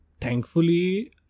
thankfully